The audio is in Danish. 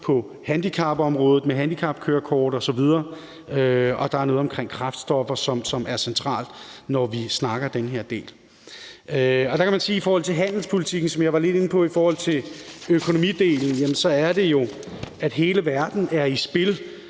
vi handicapområdet med handicapkørekort osv., og der er noget omkring kræftfremkaldende stoffer, som er centralt, når vi snakker om den her del. I forhold til handelspolitikken, som jeg var lidt inde på i forhold til økonomidelen, er det jo sådan, at hele verden er i spil